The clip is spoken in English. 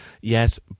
Yes